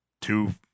two